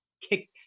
kick